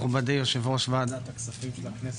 מכובדי יושב-ראש ועדת הכספים של הכנסת,